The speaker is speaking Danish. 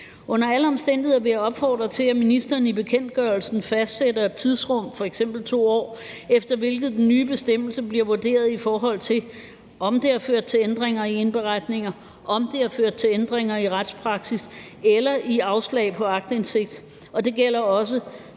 Under alle omstændigheder vil jeg opfordre til, at ministeren i bekendtgørelsen fastsætter et tidsrum, f.eks. 2 år, efter hvilket den nye bestemmelse bliver vurderet, i forhold til om det har ført til ændringer i indberetninger, eller om det har ført til ændringer i retspraksis eller i forhold til afslag på aktindsigt. Det gælder også